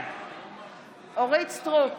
בעד אורית מלכה סטרוק,